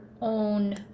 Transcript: own